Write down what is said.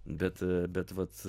bet bet vat